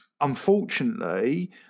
unfortunately –